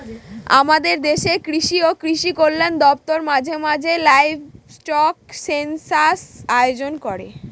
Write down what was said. আমাদের দেশের কৃষি ও কৃষি কল্যাণ দপ্তর মাঝে মাঝে লাইভস্টক সেনসাস আয়োজন করে